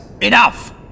Enough